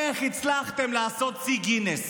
איך הצלחתם לעשות שיא גינס,